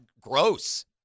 Gross